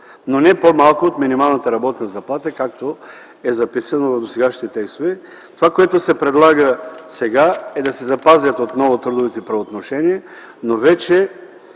но не по-малко от минималната работна заплата, както е записано в досегашните текстове. Това, което се предлага сега, е да се запазят отново трудовите правоотношения, но